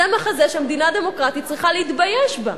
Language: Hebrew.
זה מחזה שמדינה דמוקרטית צריכה להתבייש בו,